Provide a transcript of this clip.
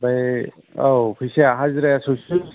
आमफ्राय औ फैसाया हाजिराया सयस'सो